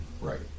Right